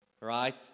Right